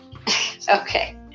Okay